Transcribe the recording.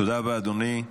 תודה רבה, אדוני,